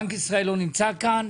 בנק ישראל לא נמצא פה.